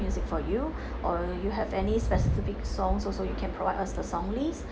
music for you or you have any specific songs also you can provide us the song list